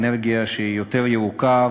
האנרגיה היא יותר ירוקה,